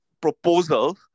proposal